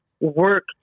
work